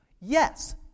yes